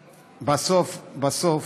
בסוף-בסוף,